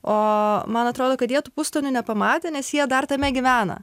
o man atrodo kad jie tų pustonių nepamatė nes jie dar tame gyvena